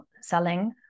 selling